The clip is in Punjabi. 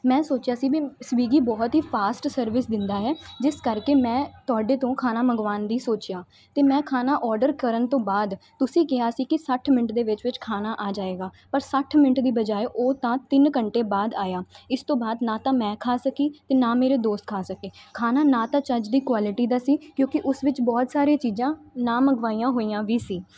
ਮੈਂ ਸੋਚਿਆ ਸੀ ਵੀ ਸਵੀਗੀ ਬਹੁਤ ਹੀ ਫਾਸਟ ਸਰਵਿਸ ਦਿੰਦਾ ਹੈ ਜਿਸ ਕਰਕੇ ਮੈਂ ਤੁਹਾਡੇ ਤੋਂ ਖਾਣਾ ਮੰਗਵਾਉਣ ਦਾ ਸੋਚਿਆ ਅਤੇ ਮੈਂ ਖਾਣਾ ਆਰਡਰ ਕਰਨ ਤੋਂ ਬਾਅਦ ਤੁਸੀਂ ਕਿਹਾ ਸੀ ਕਿ ਸੱਠ ਮਿੰਟ ਦੇ ਵਿੱਚ ਵਿੱਚ ਖਾਣਾ ਆ ਜਾਏਗਾ ਪਰ ਸੱਠ ਮਿੰਟ ਦੀ ਬਜਾਏ ਉਹ ਤਾਂ ਤਿੰਨ ਘੰਟੇ ਬਾਅਦ ਆਇਆ ਇਸ ਤੋਂ ਬਾਅਦ ਨਾ ਤਾਂ ਮੈਂ ਖਾ ਸਕੀ ਅਤੇ ਨਾ ਮੇਰੇ ਦੋਸਤ ਖਾ ਸਕੇ ਖਾਣਾ ਨਾ ਤਾਂ ਚੱਜ ਦੀ ਕੁਆਲਿਟੀ ਦਾ ਸੀ ਕਿਉਂਕਿ ਉਸ ਵਿੱਚ ਬਹੁਤ ਸਾਰੀਆਂ ਚੀਜ਼ਾਂ ਨਾ ਮੰਗਵਾਈਆਂ ਹੋਈਆਂ ਵੀ ਸੀ